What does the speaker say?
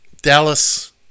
Dallas